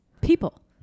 people